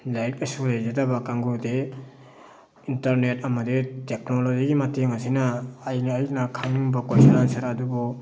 ꯂꯥꯏꯔꯤꯛ ꯂꯥꯏꯁꯨ ꯂꯩꯖꯗꯕ ꯀꯥꯡꯒꯨꯗꯤ ꯏꯟꯇꯔꯅꯦꯠ ꯑꯃꯗꯤ ꯇꯦꯛꯅꯣꯂꯣꯖꯤꯒꯤ ꯃꯇꯦꯡ ꯑꯁꯤꯅ ꯑꯩꯅ ꯑꯩꯅ ꯈꯪꯅꯤꯡꯕ ꯀꯣꯏꯁꯟ ꯑꯟꯁꯔ ꯑꯗꯨꯕꯨ